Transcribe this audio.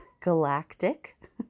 galactic